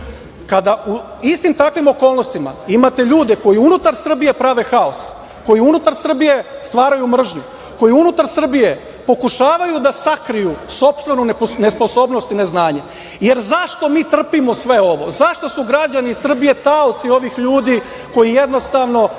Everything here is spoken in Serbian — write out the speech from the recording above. kada u istim takvim okolnostima imate ljude koji unutar Srbije prave haos, koji unutar Srbije stvaraju mržnju, koji unutar Srbije pokušavaju da sakriju sopstvenu nesposobnost i neznanje, jer zašto mi trpimo sve ovo, zašto su građani Srbije taoci ovih ljudi koji jednostavno